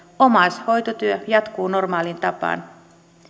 omaishoitotyö jatkuu normaaliin tapaan